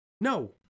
No